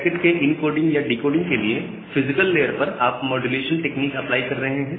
packet के encoding या decoding के लिए फिजिकल लेयर पर आप माड्यूलेशन टेक्निक अप्लाई कर रहे हैं